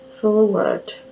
forward